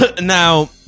Now